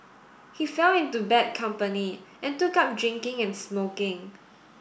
he fell into bad company and took up drinking and smoking